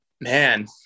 Man